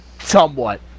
somewhat